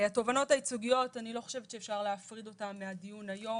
את התובענות הייצוגיות אני לא חושבת שאפשר להפריד מהדיון היום.